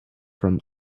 from